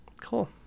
Cool